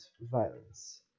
violence